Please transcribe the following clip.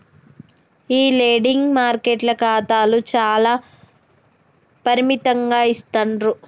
ఈ లెండింగ్ మార్కెట్ల ఖాతాలు చానా పరిమితంగా ఇస్తాండ్రు